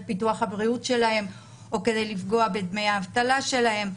ביטוח הבריאות שלהם או כדי לפגוע בדמי האבטלה שלהם.